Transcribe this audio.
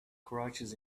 crouches